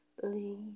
believe